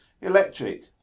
Electric